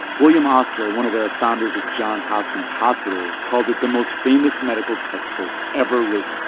william osler, one of the founders of johns hopkins hospital called it the most famous medical textbook ever written,